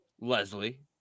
Leslie